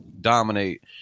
dominate